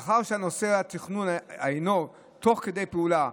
מאחר שנושא התכנון הינו תוך כדי פעולה,